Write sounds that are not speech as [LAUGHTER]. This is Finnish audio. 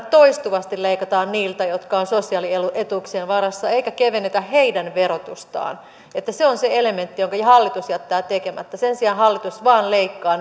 [UNINTELLIGIBLE] toistuvasti leikataan niiltä jotka ovat sosiaalietuuksien varassa eikä kevennetä heidän verotustaan että se on se elementti jonka hallitus jättää tekemättä sen sijaan hallitus vain leikkaa [UNINTELLIGIBLE]